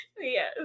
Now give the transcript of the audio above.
yes